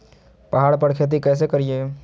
पहाड़ पर खेती कैसे करीये?